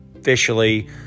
officially